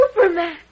Superman